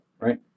right